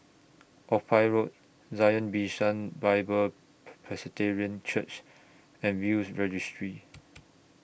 Ophir Road Zion Bishan Bible Church and Will's Registry